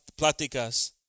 pláticas